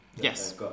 Yes